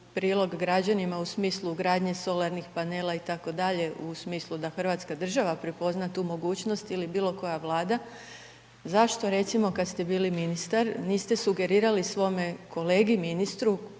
u smislu gradnje solarnih panela, itd. u smislu da hrvatska država prepozna tu mogućnost ili bilo koja Vlada, zašto, recimo, kad ste bili ministar, niste sugerirali svome kolegi ministru,